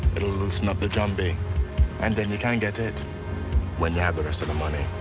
it'll loosen up the jumbie and and you can get it when you have the rest of the money.